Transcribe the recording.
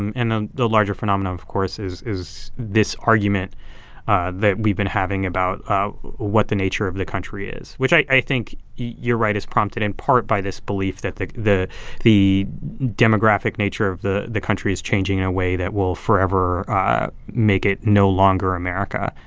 and ah the larger phenomenon, of course, is is this argument that we've been having about ah what the nature of the country is, which i i think you're right is prompted, in part, by this belief that the the demographic nature of the the country is changing in a way that will forever make it no longer america.